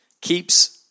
keeps